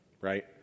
right